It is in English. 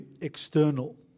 external